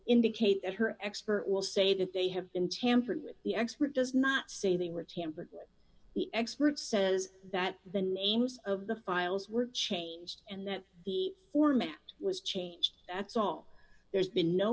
indicate that her expert will say that they have been tampered with the expert does not say they were tampered with the expert says that the names of the files were changed and that the format was changed that's all there's been no